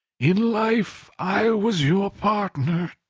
in life i was your partner,